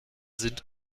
sind